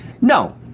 No